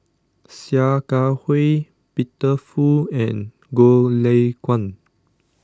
Sia Kah Hui Peter Fu and Goh Lay Kuan